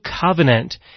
covenant